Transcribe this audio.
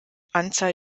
anzahl